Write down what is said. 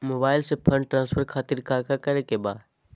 Mobile से fund transfer खातिर काका करे के बा?